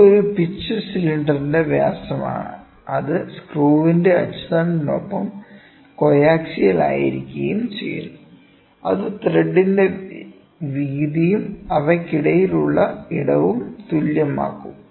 ഇത് ഒരു പിച്ച് സിലിണ്ടറിന്റെ വ്യാസമാണ് അത് സ്ക്രൂവിന്റെ അച്ചുതണ്ടിനൊപ്പം കോയാക്സിയൽ ആയിരിക്കുകയും ചെയ്യുന്നു അത് ത്രെഡിന്റെ വീതിയും അവയ്ക്കിടയിലുള്ള ഇടവും തുല്യമാക്കും